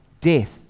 death